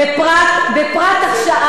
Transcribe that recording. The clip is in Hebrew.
בפרט עתה,